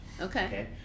Okay